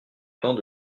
temps